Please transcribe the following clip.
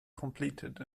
completed